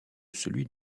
celui